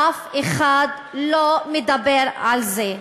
אף אחד לא מדבר על זה,